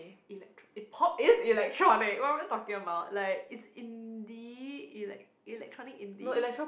electro~ pop is electronic what am I talking about like it's indie elec~ electronic indie